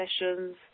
sessions